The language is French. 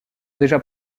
déjà